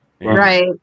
Right